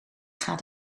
gaat